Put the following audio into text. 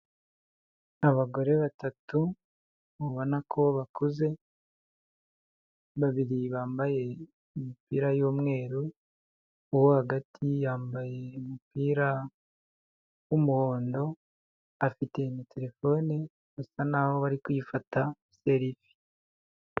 Abagore batatu ubona ko bakuze, babiri bambaye imipira y'umweru, uwo hagati yambaye umupira w'umuhondo, afite na telefone basa naho bari kwifata serifi.